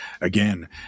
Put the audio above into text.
again